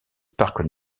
parc